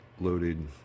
loaded